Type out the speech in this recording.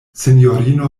sinjorino